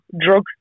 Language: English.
drug